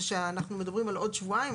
זה שאנחנו מדברים על עוד שבועיים,